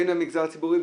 בין המגזר הציבורי,